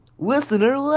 Listener